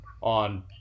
on